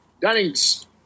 Dunning's –